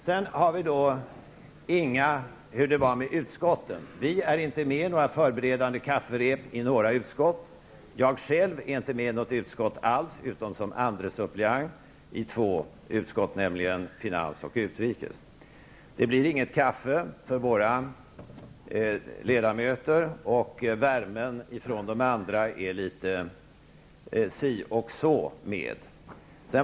Sedan till hur det var med utskotten. Vi är inte med i några förberedande kafferep i något utskott. Jag själv är inte med i något utskott alls utom som andre suppleant i två utskott, nämligen finans och utrikesutskottet. Det blir inget kaffe för våra ledamöter, och värmen från de andra är det si och så med. Fru talman!